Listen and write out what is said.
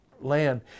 land